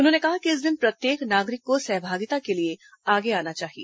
उन्होंने कहा कि इस दिन प्रत्येक नागरिक को सहभागिता के लिए आगे आना चाहिए